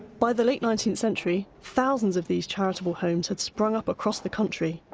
by the late nineteenth century, thousands of these charitable homes had sprung up across the country,